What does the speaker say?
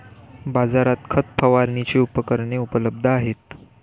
बाजारात खत फवारणीची उपकरणे उपलब्ध आहेत